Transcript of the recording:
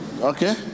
Okay